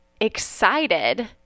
excited